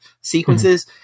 sequences